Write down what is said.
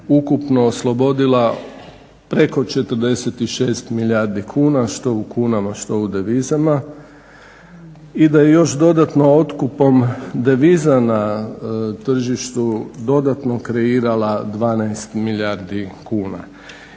ukupno oslobodila preko 46 milijardi kuna što u kunama što u devizama i da je još dodatno otkupom deviza na tržištu dodatno kreirala 12 milijardi kuna.